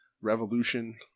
Revolution